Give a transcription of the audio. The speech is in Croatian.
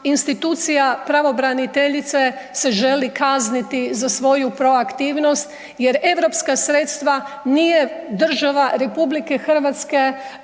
institucija pravobraniteljice se želi kazniti za svoju proaktivnost jer europska sredstva nije država RH proslijedila